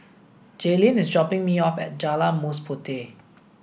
Jaelynn is dropping me off at Jalan Mas Puteh